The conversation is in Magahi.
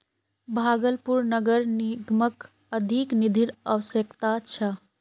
भागलपुर नगर निगमक अधिक निधिर अवश्यकता छ